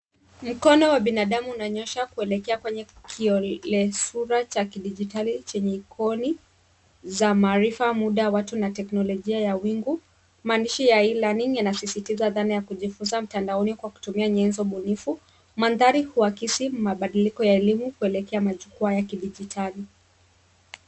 Mkono wa binadamu unanyosha kuelekia kwenye kiolesura cha kidijitali chenye ikoni, za maarifa, muda, watu na teknolojia ya wingu, maandishi ya e-learning yanasisitiza dhana ya kujifunza mtandaoni kwa kutumia nyenzo bunifu, mandhari huakisi mabadiliko ya elimu kuelekia majukuwa ya kidijitali.